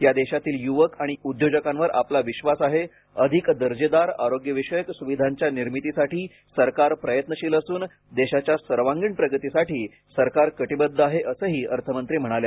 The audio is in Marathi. या देशातील युवक आणि उद्योजकांवर आपला विश्वास आहे अधिक दर्जेदार आरोग्यविषयक सुविधांच्या निर्मितीसाठी सरकार प्रयत्नशील असून देशाच्या सर्वांगीण प्रगतीसाठी सरकार कटिबद्ध आहे असंही अर्थमंत्री म्हणाल्या